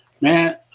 man